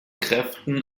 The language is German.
kräften